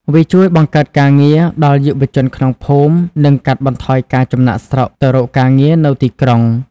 វាជួយ បង្កើតការងារ ដល់យុវជនក្នុងភូមិ និងកាត់បន្ថយការចំណាកស្រុកទៅរកការងារនៅទីក្រុង។